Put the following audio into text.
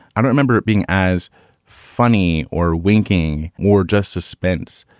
i remember it being as funny or winking or just suspense.